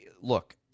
look